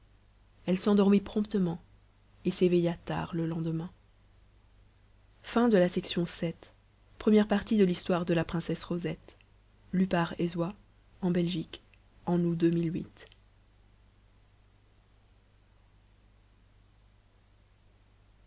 elle s'endormit promptement et s'éveilla tard le lendemain iii conseil de famille pendant que rosette